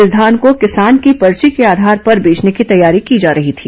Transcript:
इस धान को किसान की पर्ची के आधार पर बेचने की तैयारी की जा रही थी